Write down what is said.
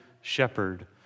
shepherd